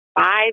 five